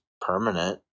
permanent